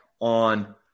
on